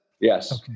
Yes